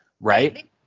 right